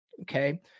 Okay